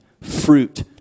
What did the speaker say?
fruit